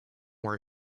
worry